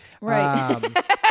right